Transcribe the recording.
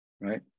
right